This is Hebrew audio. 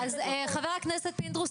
חבר הכנסת פינדרוס,